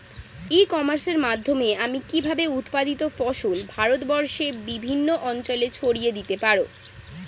ই কমার্সের মাধ্যমে আমি কিভাবে উৎপাদিত ফসল ভারতবর্ষে বিভিন্ন অঞ্চলে ছড়িয়ে দিতে পারো?